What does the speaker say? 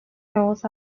nuevos